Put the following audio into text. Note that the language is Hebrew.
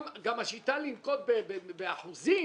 גם השיטה שנוקטים באחוזים,